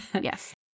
Yes